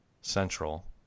central